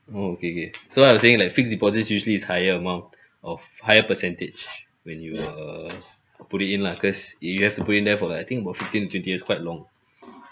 oh okay okay so I was saying like fixed deposit is usually is higher amount of higher percentage when you err put it in lah because you you have to put in there for like I think about fifteen to twenty years quite long